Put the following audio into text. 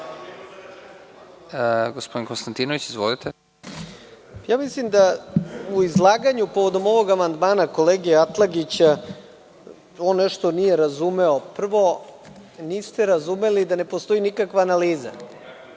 **Nenad Konstantinović** Mislim da u izlaganju, povodom ovog amandmana, kolege Atlagića on nešto nije razumeo. Prvo, niste razumeli da ne postoji nikakva analiza.